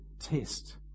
test